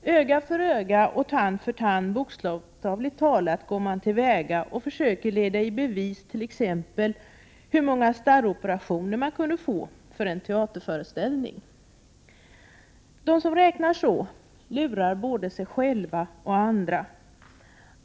Öga för öga och tand för tand — bokstavligt talat — går man till väga och försöker leda i bevis t.ex. hur många starroperationer man kan få för en teaterföreställning. Den som räknar så lurar både sig själv och andra.